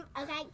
Okay